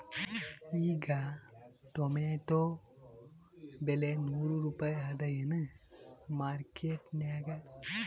ಈಗಾ ಟೊಮೇಟೊ ಬೆಲೆ ನೂರು ರೂಪಾಯಿ ಅದಾಯೇನ ಮಾರಕೆಟನ್ಯಾಗ?